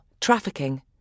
trafficking